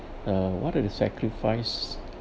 uh what are the sacrifice